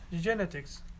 genetics